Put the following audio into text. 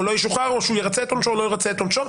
לא ישוחרר או שהוא ירצה את עונשו או לא ירצה את עונשו,